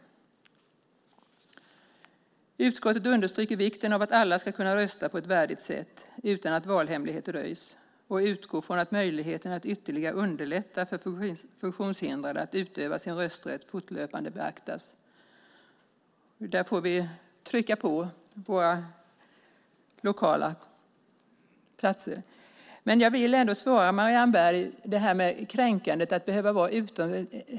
Utskottet understryker vikten av att alla ska kunna rösta på ett värdigt sätt utan att valhemligheten röjs och utgår från att möjligheterna att ytterligare underlätta för funktionshindrade att utöva sin rösträtt fortlöpande beaktas. Där får vi trycka på våra lokala platser. Jag vill ändå svara Marianne Berg när det gäller kränkningen att behöva vara utanför.